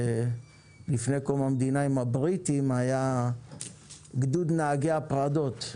לפני קום המדינה עם הבריטים היה גדוד נהגי הפרדות,